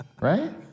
right